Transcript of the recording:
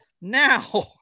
Now